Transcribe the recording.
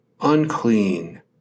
unclean